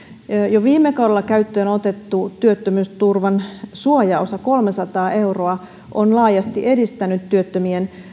jo viime kaudella käyttöön otettu työttömyysturvan suojaosa kolmesataa euroa on laajasti edistänyt työttömien